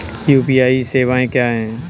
UPI सवायें क्या हैं?